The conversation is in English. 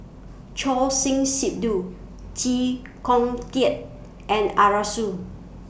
Choor Singh Sidhu Chee Kong Tet and Arasu